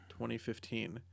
2015